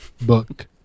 book